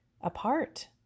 apart